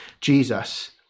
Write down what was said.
Jesus